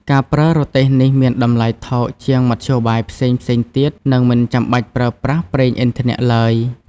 ការប្រើរទេះនេះមានតម្លៃថោកជាងមធ្យោបាយផ្សេងៗទៀត និងមិនចាំបាច់ប្រើប្រាស់ប្រេងឥន្ធនៈឡើយ។